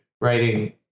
writing